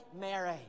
Mary